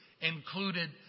included